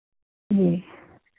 जी